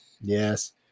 Yes